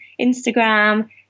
Instagram